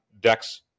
decks